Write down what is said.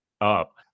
up